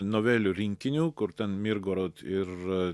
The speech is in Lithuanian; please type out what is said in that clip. novelių rinkinių kur ten mirgorod